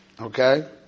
Okay